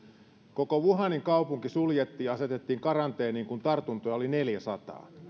koko wuhanin kaupunki suljettiin ja asetettiin karanteeniin kun tartuntoja oli neljäsataa